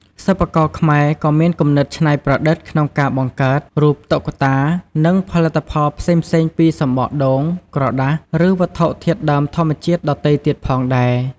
សិប្បករខ្មែរក៏មានគំនិតច្នៃប្រឌិតក្នុងការបង្កើត រូបតុក្កតា និងផលិតផលផ្សេងៗពី សំបកដូង ក្រដាស ឬវត្ថុធាតុដើមធម្មជាតិដទៃទៀតផងដែរ។